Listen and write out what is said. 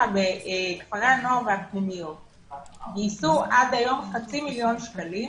בכפרי הנוער ובפנימיות גייסו עד היום חצי מיליון שקלים